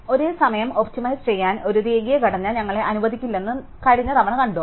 ഒരേസമയം ഒപ്റ്റിമൈസ് ചെയ്യാൻ ഒരു രേഖീയ ഘടന ഞങ്ങളെ അനുവദിക്കില്ലെന്ന് ഞങ്ങൾ കഴിഞ്ഞ തവണ കണ്ടു